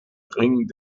ring